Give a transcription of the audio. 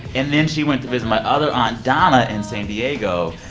and then she went to visit my other aunt, donna, in san diego.